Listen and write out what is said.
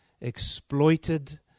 exploited